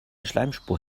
schleimspur